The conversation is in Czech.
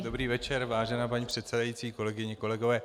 Dobrý večer, vážená paní předsedající, kolegyně, kolegové.